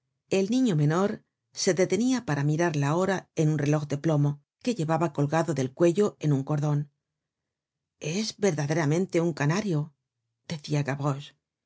el niño menor se detenia para mirar la hora en un reloj de plomo que llevaba colgado del cuello en un cordon es verdaderamente un canario decia